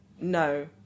no